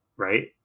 right